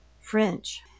French